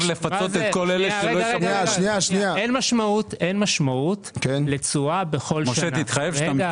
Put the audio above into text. - אין משמעות לתשואה בכל שנה.